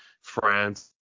france